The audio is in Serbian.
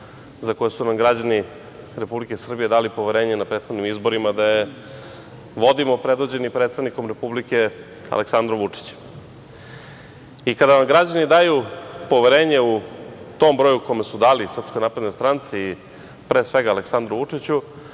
za koje su nam građani Republike Srbije dali poverenje na prethodnim izborima da je vodimo, predvođeni predsednikom Republike, Aleksandrom Vučićem. Kada vam građani daju poverenje u tom broju u kome su dali SNS i pre svega Aleksandru Vučiću,